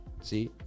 See